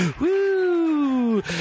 Woo